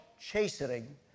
chastening